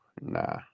Nah